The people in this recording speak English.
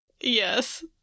Yes